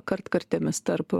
kartkartėmis tarp